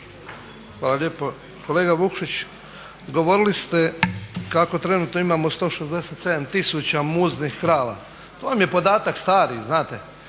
Hvala lijepo. Kolega Vukšić, govorili ste kako trenutno imamo 167 tisuća muznih krava. To vam je podatak stari, znate,